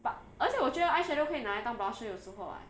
but 而且我觉得 eyeshadow 会拿一到 blusher 有时候 [what]